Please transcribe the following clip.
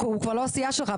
אני לא אכנס למה קורה.